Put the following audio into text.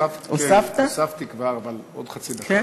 הוספתי כבר חצי דקה.